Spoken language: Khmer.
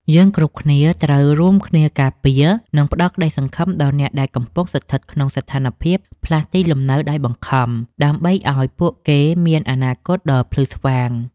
យើងគ្រប់គ្នាត្រូវរួមគ្នាការពារ និងផ្តល់ក្តីសង្ឃឹមដល់អ្នកដែលកំពុងស្ថិតក្នុងស្ថានភាពផ្លាស់ទីលំនៅដោយបង្ខំ ដើម្បីឱ្យពួកគេមានអនាគតដ៏ភ្លឺស្វាង។